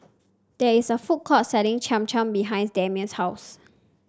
there is a food court selling Cham Cham behind Damon's house